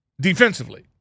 defensively